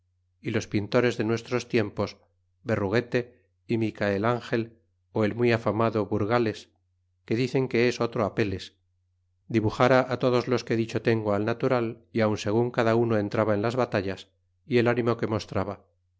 y los pintores de nuestros tiempos berruguete y micael angel ó el muy afamado burgales que dicen que es otro apeles dibuxra todos los que dicho tengo al natural y aun segun cada uno entraba en las batallas y el ánimo que mostraba